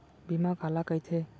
बीमा काला कइथे?